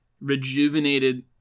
rejuvenated